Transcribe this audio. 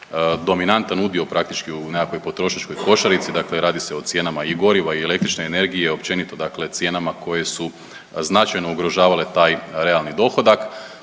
dominantan udio praktički u nekakvoj potrošačkoj košarici. Dakle, radi se o cijenama i goriva i električne energije, općenito dakle cijenama koje su značajno ugrožavale taj realni dohodak.